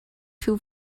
too